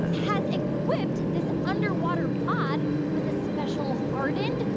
has equipped this underwater pod with a special, hardened,